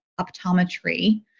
optometry